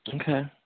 Okay